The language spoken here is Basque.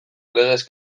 legez